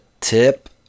tip